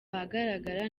ahagaragara